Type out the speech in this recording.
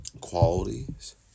Qualities